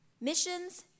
missions